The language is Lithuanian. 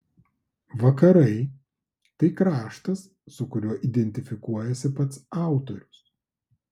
vakarai tai kraštas su kuriuo identifikuojasi pats autorius